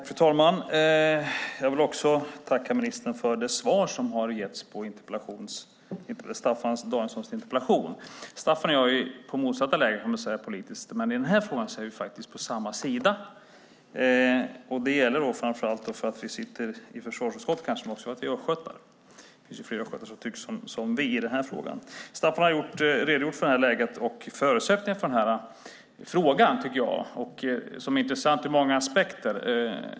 Fru talman! Jag vill också tacka ministern för hans svar på Staffan Danielssons interpellation. Staffan och jag är i motsatta läger politiskt, men i denna fråga är vi faktiskt på samma sida. Det gäller framför allt kanske för att vi sitter i försvarsutskottet men också för att vi är östgötar. Det finns fler östgötar som tycker som vi i denna fråga. Staffan har redogjort för läget och förutsättningarna för denna fråga som är intressant ur många aspekter.